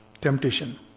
temptation